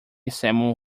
samuel